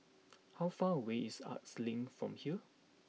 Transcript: how far away is Arts Link from here